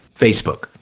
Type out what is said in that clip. Facebook